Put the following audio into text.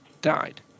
died